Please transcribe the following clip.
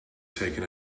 taken